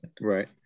Right